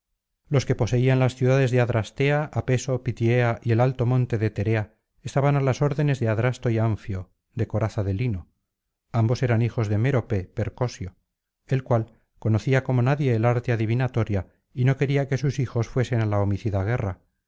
los que poseían las ciudades de adrastea apeso pitiea y el alto monte de terea estaban á las órdenes de adrasto y anfio de coraza de lino ambos eran hijos de mérope percosio el cual conocía como nadie el arte adivinatoria y no quería que sus hijos fuesen á la homicida guerra